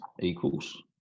equals